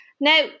Now